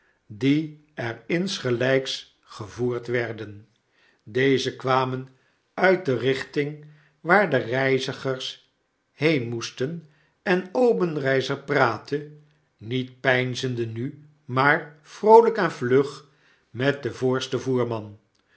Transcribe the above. die er insgeliks gevoerd werden deze kwamen uit de richting waar de reizigers heen moesten en obenreizer praatte niet peinzende nu maar vroolyk en vlug met den voorsten voerman